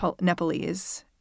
Nepalese